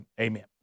Amen